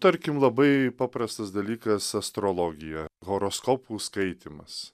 tarkim labai paprastas dalykas astrologija horoskopų skaitymas